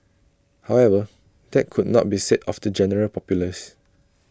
however that could not be said of the general populace